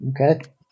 Okay